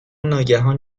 ناگهان